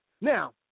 Now